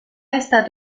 estat